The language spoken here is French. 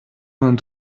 vingt